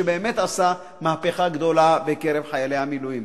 שבאמת עשה מהפכה גדולה בקרב חיילי המילואים.